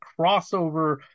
crossover